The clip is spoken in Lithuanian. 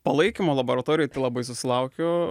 palaikymo laboratorijoj tai labai susilaukiu